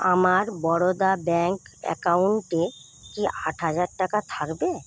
আমার বরোদা ব্যাঙ্ক অ্যাকাউন্টে কি আট হাজার টাকা থাকবে